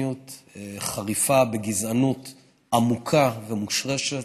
באנטישמיות חריפה, בגזענות עמוקה ומושרשת.